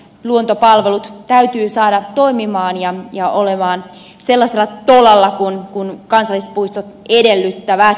luontopalvelut täytyy saada toimimaan ja olemaan sellaisella tolalla kuin kansallispuistot edellyttävät